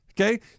okay